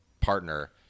partner